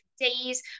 days